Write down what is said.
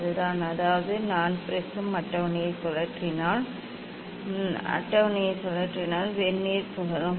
அதுதான் அதாவது நான் ப்ரிஸம் அட்டவணையை சுழற்றினால் நான் ப்ரிஸம் அட்டவணையைச் சுழற்றினால் வெர்னியர் சுழலும்